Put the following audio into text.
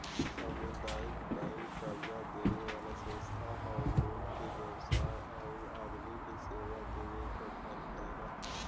सामुदायिक बैंक कर्जा देवे वाला संस्था हौ लोग के व्यवसाय आउर आदमी के सेवा देवे क काम करेला